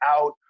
out